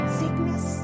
sickness